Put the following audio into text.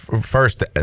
first